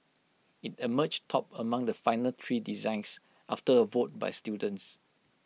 IT emerged top among the final three designs after A vote by students